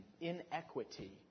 inequity